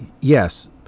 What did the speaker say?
yes